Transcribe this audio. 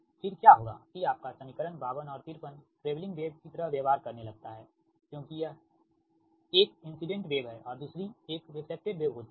फिर क्या होगा कि आपका समीकरण 52 और 53 ट्रेवलिंग वेव कि तरह व्यवहार करने लगता है क्योंकि एक इंसिडेंट वेव है और दूसरी एक रेफ्लेक्टेड वेव होती है